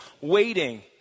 waiting